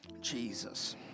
Jesus